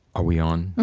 are we on?